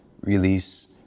release